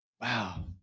wow